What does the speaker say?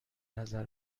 نظر